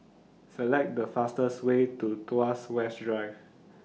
Select The fastest Way to Tuas West Drive